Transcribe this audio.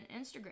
Instagram